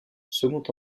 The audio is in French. second